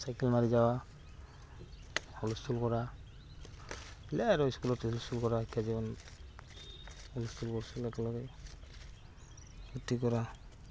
cycle মাৰি যাৱা হুলস্থুল কৰা সেইবিলাকেই আৰু স্কুলত হুলস্থুল কৰা ইত্যাদিখন হুলস্থুল কৰছিলোঁ একেলগে ফুৰ্ত্তি কৰা